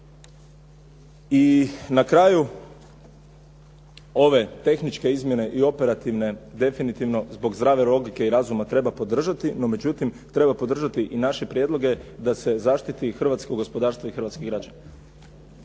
I na kraju, ove tehničke izmjene i operativne definitivno zbog zdrave logike i razuma treba podržati. No međutim, treba podržati i naše prijedloge da se zaštiti hrvatsko gospodarstvo i hrvatski građani.